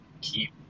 keep